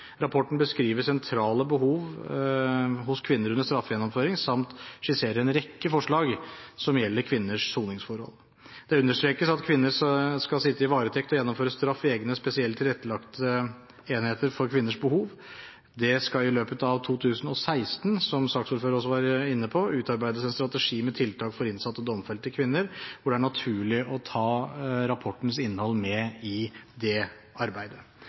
Rapporten beskriver sentrale behov hos kvinner under straffegjennomføring samt skisserer en rekke forslag som gjelder kvinners soningsforhold. Det understrekes at kvinner skal sitte i varetekt og gjennomføre straff i egne enheter spesielt tilrettelagt for kvinners behov. Det skal i løpet av 2016, som saksordføreren også var inne på, utarbeides en strategi med tiltak for innsatte og domfelte kvinner, hvor det er naturlig å ta rapportens innhold med i det arbeidet.